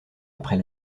après